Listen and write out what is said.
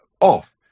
off